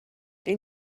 این